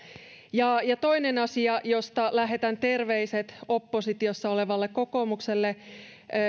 toinen asia josta lähetän terveiset oppositiossa olevalle kokoomukselle